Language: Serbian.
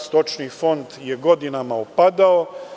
Stočni fond je godinama opadao.